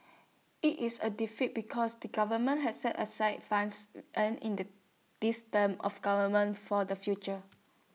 IT is A defeat because the government has set aside funds earned in the this term of government for the future